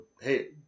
hey